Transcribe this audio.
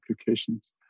applications